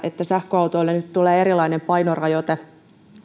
että sähköautoille nyt tulee erilainen painorajoite